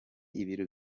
ibiro